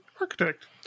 Architect